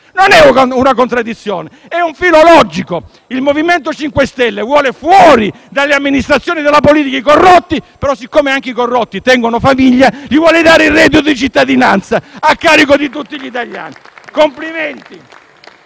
non è una contraddizione, è un filo logico. Il MoVimento 5 Stelle vuole fuori dalle amministrazioni della politica i corrotti; però, siccome anche i corrotti tengono famiglia, vuole dare loro il reddito di cittadinanza, a carico di tutti gli italiani! Complimenti!